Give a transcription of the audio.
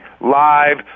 live